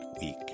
week